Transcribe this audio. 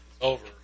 Over